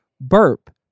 burp